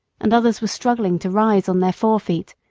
and others were struggling to rise on their fore feet,